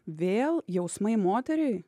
vėl jausmai moteriai